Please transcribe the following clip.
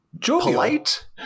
polite